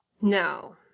No